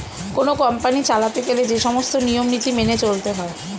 কোন কোম্পানি চালাতে গেলে যে সমস্ত নিয়ম নীতি মেনে চলতে হয়